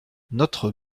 notre